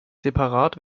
separat